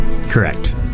Correct